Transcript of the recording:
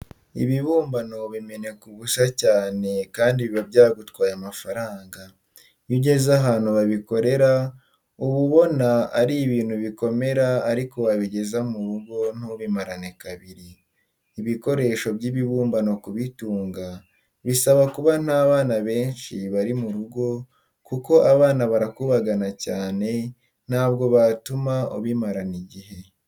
Ibibumbano bimeneka ubusa cyane kandi biba byagutwaye amafaranga. Iyo ugeze ahantu babikorera uba ubona ari ibintu bikomera ariko wabigeza mu rugo ntibimare kabiri. Ibikoresho by'ibibumbano kubitunga bisaba kuba nta bana benshi bari mu rugo kuko abana barakubagana cyane ntabwo batuma ubimarana igihe.